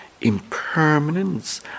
Impermanence